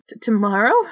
Tomorrow